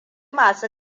masu